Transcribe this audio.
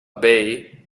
bay